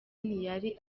ntiyari